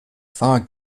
fahrer